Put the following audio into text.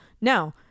Now